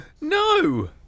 No